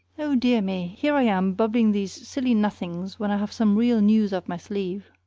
oh, dear me! here i am babbling these silly nothings when i have some real news up my sleeve.